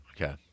Okay